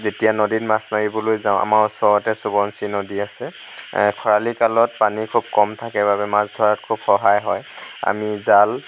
যেতিয়া নদীত মাছ মাৰিবলৈ যাওঁ আমাৰ ওচৰতে সোৱণশিৰি নদী আছে খৰালি কালত পানী খুব কম থাকে বাবে মাছ ধৰাত খুব সহায় হয় আমি জাল